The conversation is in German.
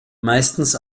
meistens